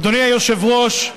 אדוני היושב-ראש,